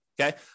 Okay